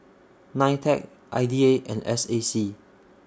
NITEC I D A and S A C